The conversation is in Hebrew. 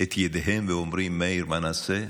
את ידיהם ואומרים: מאיר, מה נעשה?